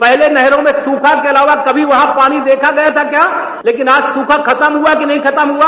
पहले नहरों में सूखा के अलावा कभी वहां नहीं देखा गया था क्या लेकिन आज सूखा खत्म हुआ कि नहीं हुआ